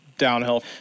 downhill